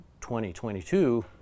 2022